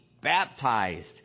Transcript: baptized